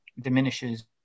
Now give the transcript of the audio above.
diminishes